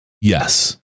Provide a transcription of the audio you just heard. Yes